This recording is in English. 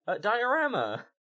diorama